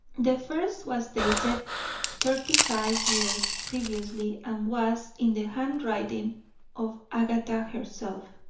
the first was dated thirty-five years previously and was in the handwriting of agatha herself.